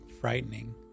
frightening